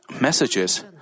messages